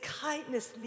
kindness